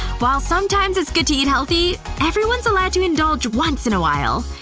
while sometimes it's good to eat healthy, everyone's allowed to indulge once in a while.